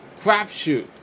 crapshoot